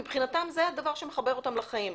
מבחינתם זה הדבר שמחבר אותם לחיים.